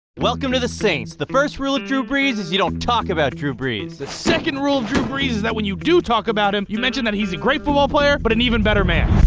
welcome to the saints. the first rule of drew brees is you don't talk about drew brees. the second rule of drew brees is that when you do talk about him you mention that he's a great football player but an even better man.